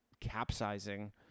capsizing